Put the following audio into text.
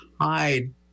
hide